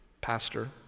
Pastor